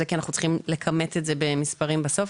זה כי אנחנו צריכים לכמת את זה במספרים בסוף.